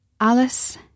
Alice